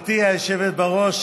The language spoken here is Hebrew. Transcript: גברתי היושבת-ראש,